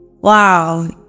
Wow